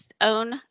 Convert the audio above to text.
own